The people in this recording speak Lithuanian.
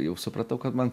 jau supratau kad man